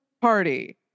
party